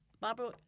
Barbara